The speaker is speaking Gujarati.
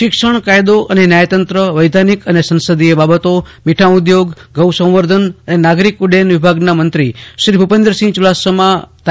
શિક્ષણ કાયદો અને ન્યાય તંત્ર વૈધાનિક અને સંસદીય બાબતો મીઠા ઉધોગ ગૌ સંવર્ધન અને નાગરિક ઉદ્દયન વિભાગના મંત્રીશ્રી ભૂપેન્દ્રસિંહ યુડાસમા તા